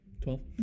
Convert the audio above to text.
Twelve